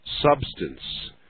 substance